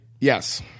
Yes